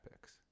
picks